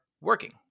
working